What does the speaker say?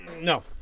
No